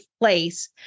place